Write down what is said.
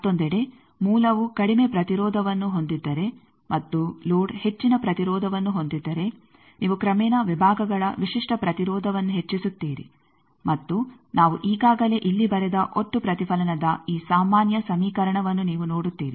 ಮತ್ತೊಂದೆಡೆ ಮೂಲವು ಕಡಿಮೆ ಪ್ರತಿರೋಧವನ್ನು ಹೊಂದಿದ್ದರೆ ಮತ್ತು ಲೋಡ್ ಹೆಚ್ಚಿನ ಪ್ರತಿರೋಧವನ್ನು ಹೊಂದಿದ್ದರೆ ನೀವು ಕ್ರಮೇಣ ವಿಭಾಗಗಳ ವಿಶಿಷ್ಟ ಪ್ರತಿರೋಧವನ್ನು ಹೆಚ್ಚಿಸುತ್ತೀರಿ ಮತ್ತು ನಾವು ಈಗಾಗಲೇ ಇಲ್ಲಿ ಬರೆದ ಒಟ್ಟು ಪ್ರತಿಫಲನದ ಈ ಸಾಮಾನ್ಯ ಸಮೀಕರಣವನ್ನು ನೀವು ನೋಡುತ್ತೀರಿ